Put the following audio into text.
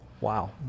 Wow